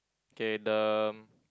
okay the